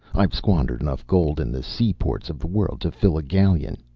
i've squandered enough gold in the sea-ports of the world to fill a galleon.